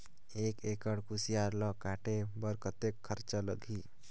एक एकड़ कुसियार ल काटे बर कतेक खरचा लगही?